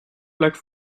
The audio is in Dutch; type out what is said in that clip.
plek